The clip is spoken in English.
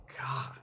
God